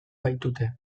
baitute